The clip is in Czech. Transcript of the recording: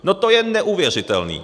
No to je neuvěřitelné!